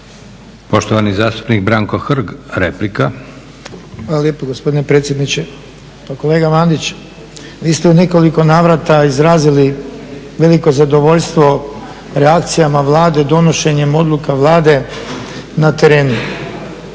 Poštovani zastupnik Branko Hrg, replika. **Hrg, Branko (HSS)** Hvala lijepa gospodine predsjedniče. Pa kolega Mandić, vi ste u nekoliko navrata izrazili veliko zadovoljstvo reakcijama Vlade donošenjem odluka Vlade na terenu.